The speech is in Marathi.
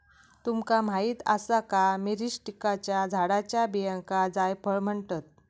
तुमका माहीत आसा का, मिरीस्टिकाच्या झाडाच्या बियांका जायफळ म्हणतत?